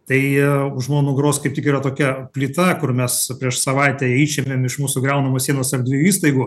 tai už mano nugaros kaip tik yra tokia plyta kur mes prieš savaitę ją išėmėm iš mūsų griaunamos sienos erdvių įstaigų